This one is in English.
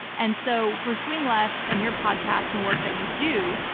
and so for swing left and your podcast and the work that you do,